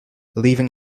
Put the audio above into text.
leaving